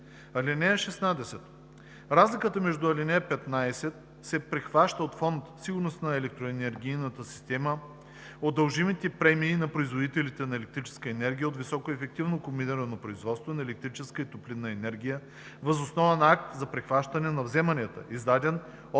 ал. 6. (16) Разликата по ал. 15 се прихваща от Фонд „Сигурност на електроенергийната система“ от дължимите премии на производителите на електрическа енергия от високоефективно комбинирано производство на електрическа и топлинна енергия въз основа на акт за прихващане на вземанията, издаден от